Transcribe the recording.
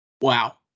Wow